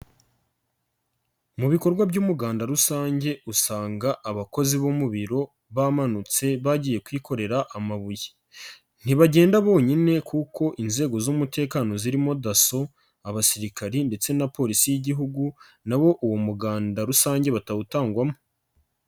Mu bikorwa by'umuganda rusange usanga abakozi bo mu biro bamanutse bagiye kwikorera amabuye, ntibagenda bonyine kuko inzego z'umutekano zirimo DASSO abasirikari ndetse na Polisi y'igihugu nabo uwo muganda rusange batawutangwamo.